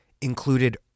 included